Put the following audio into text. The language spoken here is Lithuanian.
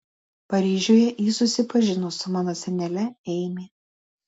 paryžiuje jis susipažino su mano senele eimi